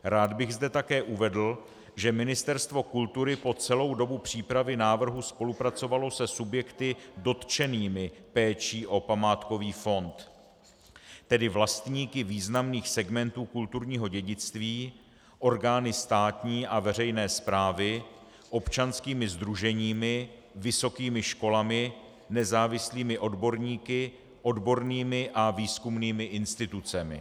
Rád bych zde také uvedl, že Ministerstvo kultury po celou dobu přípravy návrhu spolupracovalo se subjekty dotčenými péčí o památkový fond, tedy vlastníky významných segmentů kulturního dědictví, orgány státní a veřejné správy, občanskými sdruženími, vysokými školami, nezávislými odborníky, odbornými a výzkumnými institucemi.